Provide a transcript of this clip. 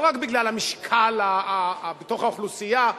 לא רק בגלל המשקל בתוך האוכלוסייה,